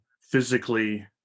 physically